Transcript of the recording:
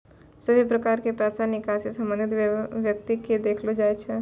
सभे प्रकार के पैसा निकासी संबंधित व्यक्ति के देखैलो जाय छै